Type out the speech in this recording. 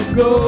go